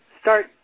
Start